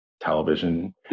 television